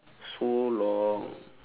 so long